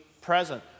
present